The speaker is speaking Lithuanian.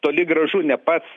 toli gražu ne pats